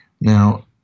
Now